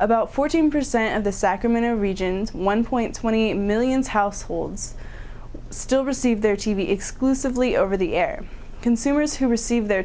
about forty percent of the sacramento region one point twenty millions households still receive their t v exclusively over the air consumers who receive their